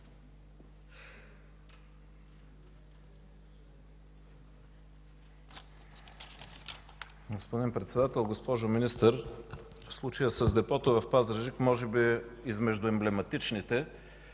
Господин Председател, госпожо Министър! Случаят с депото в Пазарджик може би е между емблематичните